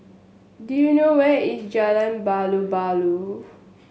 do you know where is Jalan